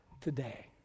today